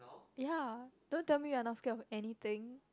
yea don't tell me you are not scared of anything